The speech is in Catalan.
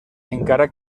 encara